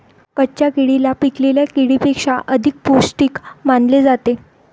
कच्च्या केळीला पिकलेल्या केळीपेक्षा अधिक पोस्टिक मानले जाते